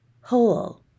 whole